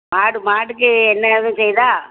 மாட்டு மாட்டுக்கு என்னாகுது செய்தா